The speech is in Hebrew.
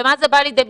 במה זה בא לידי ביטוי?